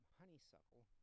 honeysuckle